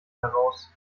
heraus